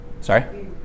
Sorry